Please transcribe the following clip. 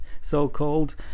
so-called